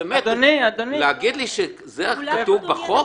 ------ להגיד לי שזה כתוב בחוק?